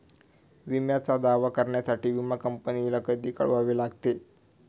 विम्याचा दावा करण्यासाठी विमा कंपनीला कधी कळवावे लागते?